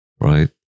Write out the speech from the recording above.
Right